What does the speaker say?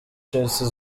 chelsea